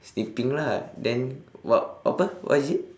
sleeping lah then what apa what is it